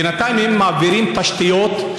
אם בינתיים מעבירים תשתיות,